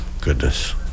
goodness